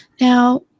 Now